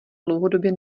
dlouhodobě